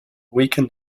weaken